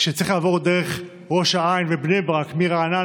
כשצריך לעבור דרך ראש העין ובני ברק מרעננה